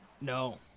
No